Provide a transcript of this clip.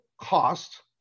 cost